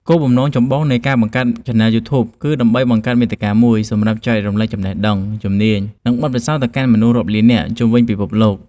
គោលបំណងចម្បងនៃការចាប់ផ្តើមឆានែលយូធូប គឺដើម្បីបង្កើតវេទិកាមួយសម្រាប់ចែករំលែកចំណេះដឹង ជំនាញ និងបទពិសោធន៍ទៅកាន់មនុស្សរាប់លាននាក់នៅជុំវិញពិភពលោក។